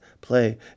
play